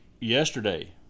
yesterday